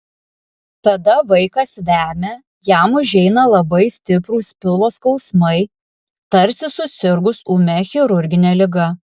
tada vaikas vemia jam užeina labai stiprūs pilvo skausmai tarsi susirgus ūmia chirurgine liga